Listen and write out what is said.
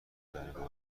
درباره